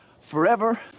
forever